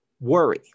worry